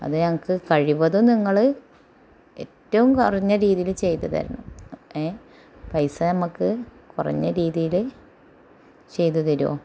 അത് ഞങ്ങൾക്ക് കഴിവതും നിങ്ങൾ എറ്റവും കുറഞ്ഞ രീതിയിൽ ചെയ്തു തരണം പൈസ നമ്മൾക്ക് കുറഞ്ഞ രീതിയിൽ ചെയ്ത് തരുമോ